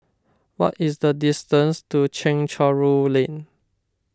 what is the distance to Chencharu Lane